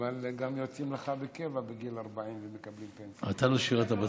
אבל גם יוצאים לך מקבע בגיל 40. אתה לא שירת בצבא.